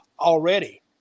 Already